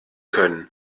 können